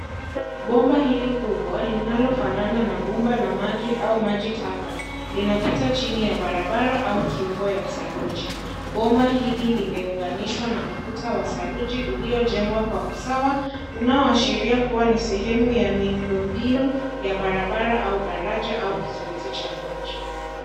Bomba hili kubwa linalofanana na bomba la maji au majitak linapita chini ya barabara au kiungo cha saruji. Bomba hili limeunganishwa na ukuta wa saruju uliojengwa kwa usawa unaoashiria ni sehemu ya miundombinu ya barabara au dalaja au kizuizi cha maji.